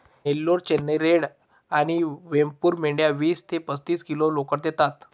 Nellore, Chennai red आणि वेमपूर मेंढ्या वीस ते पस्तीस किलो लोकर देतात